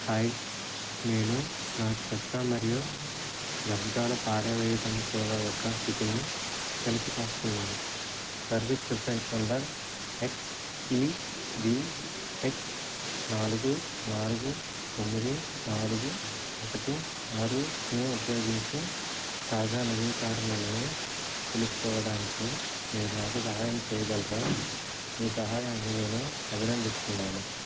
hi నేను నా చెత్త మరియు వ్యర్థాల పారవేయటం సేవ యొక్క స్థితిని తనిఖీ చేస్తున్నాను service reference number X E V X నాలుగు నాలుగు తొమ్మిది నాలుగు ఒకటి ఆరును ఉపయోగించి తాజా నవీకారణలను తెలుసుకోవడానికి మీరు నాకు సహాయం చేయగలరా మీ సహాయాన్ని నేను అభినందిస్తున్నాను